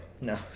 No